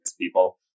people